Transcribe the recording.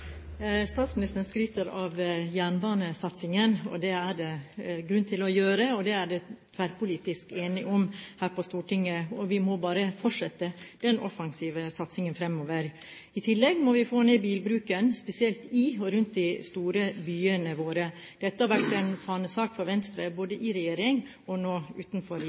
det grunn til å gjøre. Det er det tverrpolitisk enighet om her på Stortinget, og vi må bare fortsette den offensive satsingen fremover. I tillegg må vi få ned bilbruken, spesielt i og rundt de store byene våre. Dette har vært en fanesak for Venstre både i regjering og nå utenfor